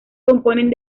componen